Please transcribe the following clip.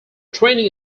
training